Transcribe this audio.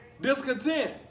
discontent